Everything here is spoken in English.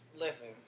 listen